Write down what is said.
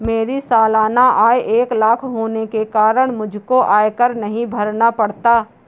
मेरी सालाना आय एक लाख होने के कारण मुझको आयकर नहीं भरना पड़ता